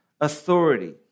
authority